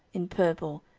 in purple,